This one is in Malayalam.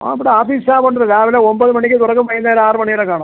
ആ ഇവിടെ ആഫീസ് സ്റ്റാഫ് ഉണ്ട് രാവിലെ ഒമ്പത് മണിക്ക് തുറക്കും വൈകുന്നേരം ആറ് മണി വരെ കാണും